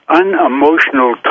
unemotional